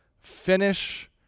Finish